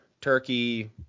turkey